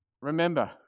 remember